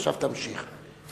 עכשיו תמשיך,